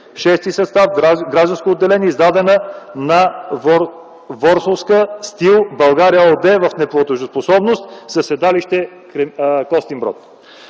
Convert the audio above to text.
Шести състав, Гражданско отделение, издадена на „Ворскла Стийл - България” ЕООД в неплатежоспособност със седалище Костинброд.